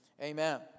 Amen